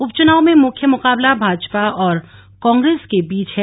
उपचुनाव में मुख्य मुकाबला भाजपा और कांग्रेस के बीच है